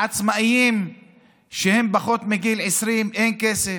לעצמאים שהם בני פחות מגיל 20 אין כסף,